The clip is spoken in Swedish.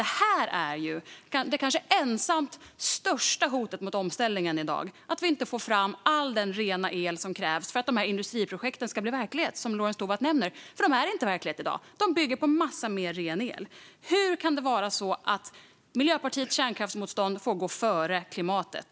Detta är det kanske ensamt största hotet mot omställningen i dag: att vi inte får fram all den rena el som krävs för att de industriprojekt som Lorentz Tovatt nämner ska bli verklighet. De är nämligen inte verklighet i dag. De bygger på en massa mer ren el. Hur kan Miljöpartiets kärnkraftsmotstånd få gå före klimatet?